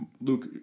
Luke